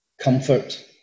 comfort